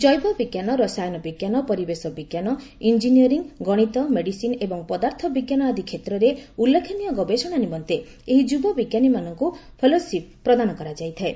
ଜୈବବିଜ୍ଞାନ ରସାୟନ ବିଜ୍ଞାନ ପରିବେଶ ବିଜ୍ଞାନ ଇଞ୍ଜିନିୟର୍ଟି ଗଣିତ ମେଡିସିନ୍ ଏବଂ ପଦାର୍ଥ ବିଜ୍ଞାନ ଆଦି କ୍ଷେତ୍ରରେ ଉଲ୍ଲେଖନୀୟ ଗବେଷଣା ନିମନ୍ତେ ଏହି ଯୁବବିଜ୍ଞାନୀମାନଙ୍କୁ ପଲୋସିପ୍ ପ୍ରଦାନ କରାଯାଇଥାଏ